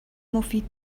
مفید